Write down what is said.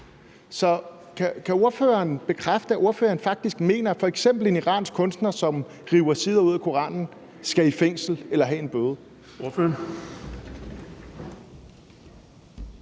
Så kan ordføreren bekræfte, at han faktisk mener, at f.eks. en iransk kunstner, som river sider ud af Koranen, skal i fængsel eller have en bøde?